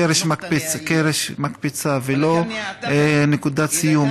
מקפצה ולא נקודת סיום,